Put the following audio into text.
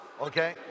okay